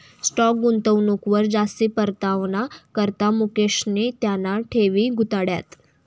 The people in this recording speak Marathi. स्टाॅक गुंतवणूकवर जास्ती परतावाना करता मुकेशनी त्याना ठेवी गुताड्यात